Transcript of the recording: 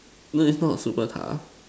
no it's not super tough